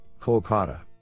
Kolkata